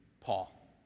Paul